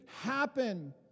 happen